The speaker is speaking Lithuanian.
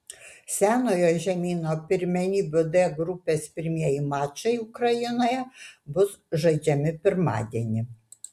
senojo žemyno pirmenybių d grupės pirmieji mačai ukrainoje bus žaidžiami pirmadienį